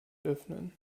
öffnen